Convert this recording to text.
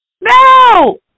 No